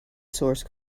source